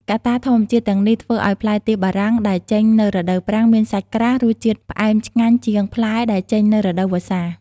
កត្តាធម្មជាតិទាំងនេះធ្វើឱ្យផ្លែទៀបបារាំងដែលចេញនៅរដូវប្រាំងមានសាច់ក្រាស់ រសជាតិផ្អែមឆ្ងាញ់ជាងផ្លែដែលចេញនៅរដូវវស្សា។